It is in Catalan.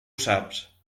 saps